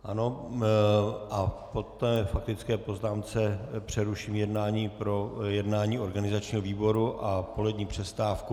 Ano, a po té faktické poznámce přeruším jednání pro jednání organizačního výboru a polední přestávku.